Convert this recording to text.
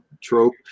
trope